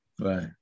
right